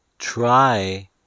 Try